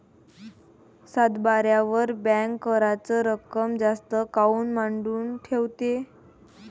सातबाऱ्यावर बँक कराच रक्कम जास्त काऊन मांडून ठेवते?